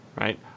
Right